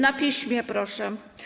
Na piśmie proszę.